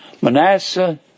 Manasseh